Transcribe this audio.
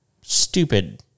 stupid